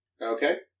Okay